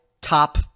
top